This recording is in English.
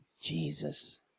Jesus